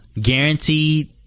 guaranteed